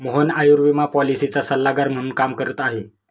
मोहन आयुर्विमा पॉलिसीचा सल्लागार म्हणून काम करत आहे